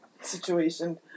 situation